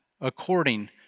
according